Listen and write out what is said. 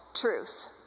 truth